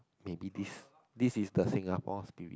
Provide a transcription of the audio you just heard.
maybe this this is the Singapore spirit